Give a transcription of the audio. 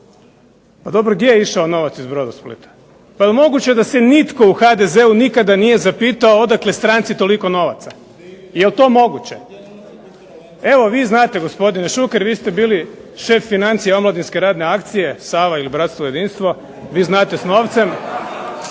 Pa dobro gdje je išao novac iz Brodosplita? Pa je li moguće da se nitko u HDZ-u nikada nije zapitao odakle stranci toliko novaca? Je li to moguće? Evo vi znate gospodine Šuker, vi ste bili šef financija omladinske radne akcije Sava ili bratstvo i jedinstvo, vi znate s novcem,